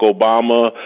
Obama